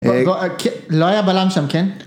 לא היה בלם שם כן?